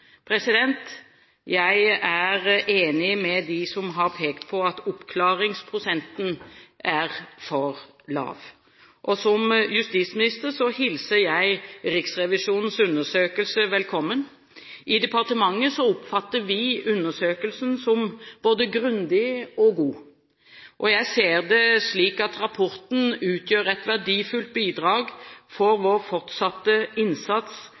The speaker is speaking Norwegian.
Jeg er enig med dem som har pekt på at oppklaringsprosenten er for lav. Som justisminister hilser jeg Riksrevisjonens undersøkelse velkommen. I departementet oppfatter vi undersøkelsen som både grundig og god. Jeg ser det slik at rapporten utgjør et verdifullt bidrag for vår fortsatte innsats